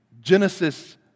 Genesis